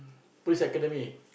police academy